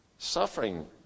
Suffering